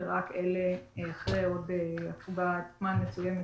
ורק אחרי הפוגת זמן מסוימת,